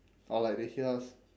or like they hear us